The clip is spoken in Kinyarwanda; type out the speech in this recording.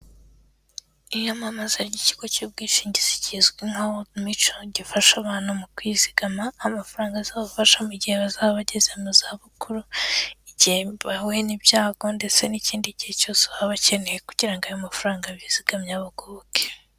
Iyamamaza ry'ikigo cy'ubwishingizi kizwi nka wodi mico gifasha abantu mu kwizigama amafaranga azabafasha mu gihe bazaba bageze mu zabukuru, igihe bahuye n'ibyago ndetse n'ikindi gihe cyose baba bakeneye kugira ngo ayo mafaranga bizigamye abagoboke.